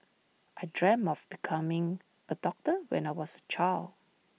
I dreamt of becoming A doctor when I was A child